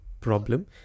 problem